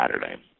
Saturday